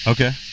Okay